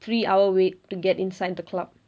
three hour wait to get inside the club